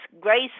grace